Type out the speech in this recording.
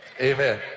Amen